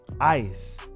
Ice